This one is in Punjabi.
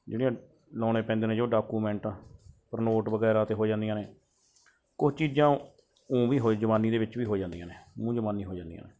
ਜਿਹੜੇ ਆ ਲਗਾਉਣੇ ਪੈਂਦੇ ਨੇ ਜੋ ਉਹ ਡਾਕੂਮੈਂਟ ਪਰਨੋਟ ਵਗੈਰਾ 'ਤੇ ਹੋ ਜਾਂਦੀਆਂ ਨੇ ਕੁਝ ਚੀਜ਼ਾਂ ਊਂ ਵੀ ਹੋਈ ਜੁਬਾਨੀ ਦੇ ਵਿੱਚ ਵੀ ਹੋ ਜਾਂਦੀਆਂ ਨੇ ਮੂੰਹ ਜੁਬਾਨੀ ਹੋ ਜਾਂਦੀਆਂ ਨੇ